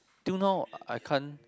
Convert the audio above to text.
till now I can't